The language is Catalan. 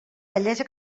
bellesa